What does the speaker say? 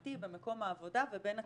המשמעתי במקום העבודה ובין הציבורי.